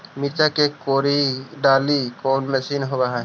मिरचा के कोड़ई के डालीय कोन मशीन होबहय?